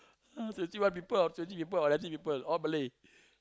you see white people people people all Malay